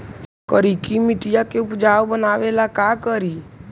करिकी मिट्टियां के उपजाऊ बनावे ला का करी?